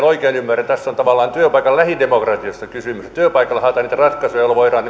oikein ymmärrän tässä on tavallaan työpaikan lähidemokratiasta kysymys työpaikoilla haetaan niitä ratkaisuja joilla voidaan